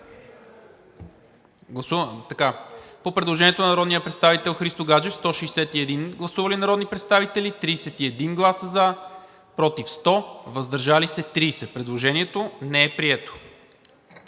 предложението на народния представител Христо Гаджев. Гласували 161 народни представители: за 31, против 100, въздържали се 30. Предложението не е прието.